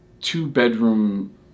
two-bedroom